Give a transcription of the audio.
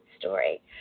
story